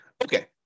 Okay